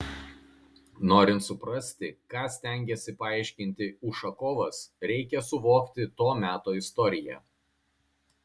norint suprasti ką stengėsi paaiškinti ušakovas reikia suvokti to meto istoriją